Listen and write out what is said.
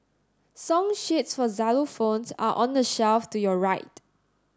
song sheets for xylophones are on the shelf to your right